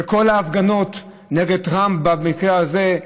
וכל ההפגנות נגד טראמפ במקרה הזה,